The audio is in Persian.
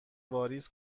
واریز